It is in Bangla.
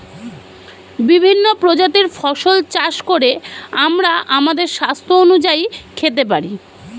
বিভিন্ন প্রজাতির ফসল চাষ করে আমরা আমাদের স্বাস্থ্য অনুযায়ী খেতে পারি